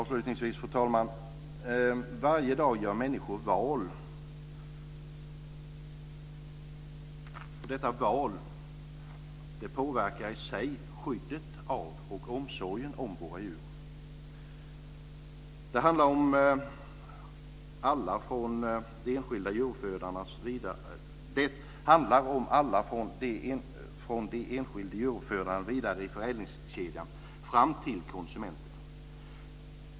Avslutningsvis, fru talman: Varje dag gör människor val som påverkar skyddet av och omsorgen om våra djur. Det handlar om alla från den enskilde djuruppfödaren och vidare i förädlingskedjan fram till konsumenten.